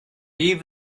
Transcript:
heave